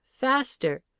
Faster